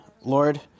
Lord